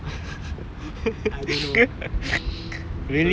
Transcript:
don't who lah was the [one] who blood related to could be anyone